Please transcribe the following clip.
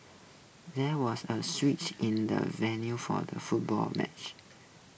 there was A switch in the venue for the football match